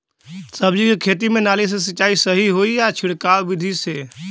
सब्जी के खेती में नाली से सिचाई सही होई या छिड़काव बिधि से?